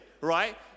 right